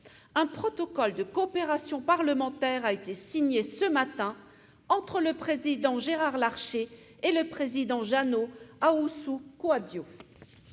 un protocole de coopération parlementaire a été signé ce matin entre le président Gérard Larcher et le président Jeannot Ahoussou-Kouadio.